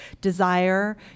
Desire